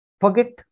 Forget